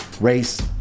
race